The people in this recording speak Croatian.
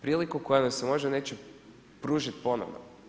Priliku koja nam se možda neće pružiti ponovno.